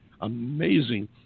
amazing